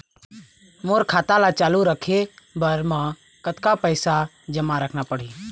मोर खाता ला चालू रखे बर म कतका पैसा जमा रखना पड़ही?